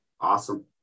Awesome